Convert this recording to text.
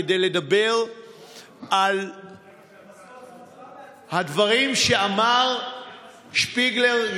כדי לדבר על הדברים שאמר שפיגלר,